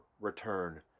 return